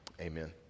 amen